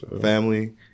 family